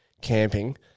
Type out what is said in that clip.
camping